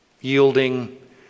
yielding